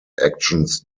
actions